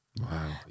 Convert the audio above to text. Wow